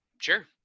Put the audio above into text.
Sure